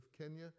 Kenya